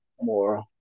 more